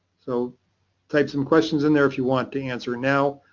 so type some questions in there if you want to answer now,